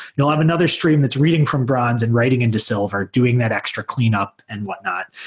you'll have another stream that's reading from bronze and writing into silver doing that extra cleanup and whatnot,